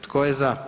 Tko je za?